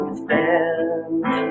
stand